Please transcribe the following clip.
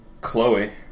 Chloe